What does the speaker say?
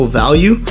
value